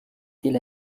tel